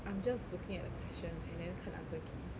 I'm just looking at the question and then 看 answer key